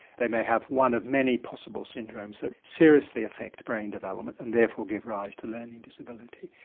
they may have one of many possible syndromes that seriously affect brain development and therefore give rise to learning disability.